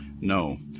No